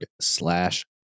slash